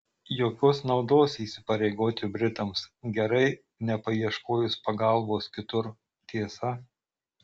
jokios naudos įsipareigoti britams gerai nepaieškojus pagalbos kitur tiesa